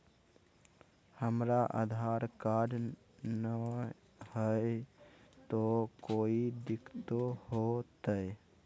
हमरा आधार कार्ड न हय, तो कोइ दिकतो हो तय?